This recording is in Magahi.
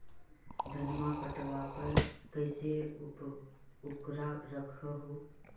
धनमा कटबाकार कैसे उकरा रख हू?